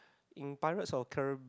in pirates of carri~